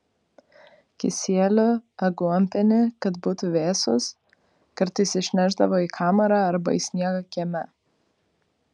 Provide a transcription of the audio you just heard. kisielių aguonpienį kad būtų vėsūs kartais išnešdavo į kamarą arba į sniegą kieme